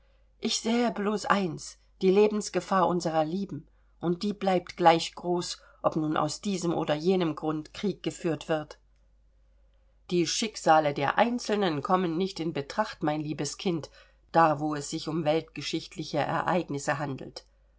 ich sähe blos eins die lebensgefahr unserer lieben und die bleibt gleich groß ob nun aus diesem oder jenem grund krieg geführt wird die schicksale der einzelnen kommen nicht in betracht mein liebes kind da wo es sich um weltgeschichtliche ereignisse handelt